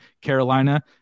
Carolina